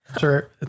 Sure